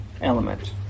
element